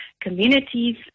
communities